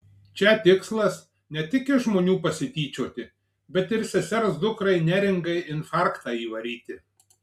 čia tikslas ne tik iš žmonių pasityčioti bet ir sesers dukrai neringai infarktą įvaryti